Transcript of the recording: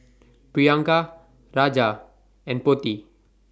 Priyanka Raja and Potti